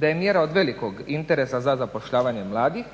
da je mjera od velikog interesa za zapošljavanje mladih